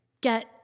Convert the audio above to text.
get